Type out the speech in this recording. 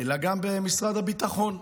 אלא גם במשרד הביטחון,